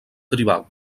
tribal